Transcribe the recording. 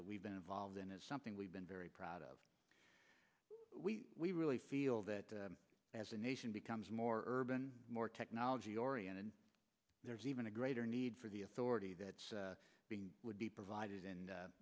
we've been involved in it's something we've been very proud of we we really feel that as a nation becomes more urban more technology oriented there's even a greater need for the authority that's being would be provided